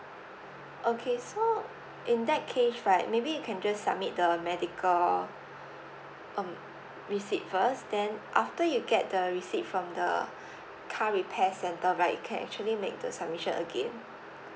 okay so in that case right maybe you can just submit the medical um receipt first then after you get the receipt from the car repair centre right you can actually make the submission again